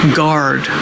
guard